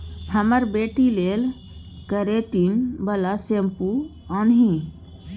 हमर बेटी लेल केरेटिन बला शैंम्पुल आनिहे